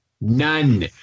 None